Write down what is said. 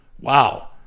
Wow